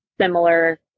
similar